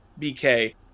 BK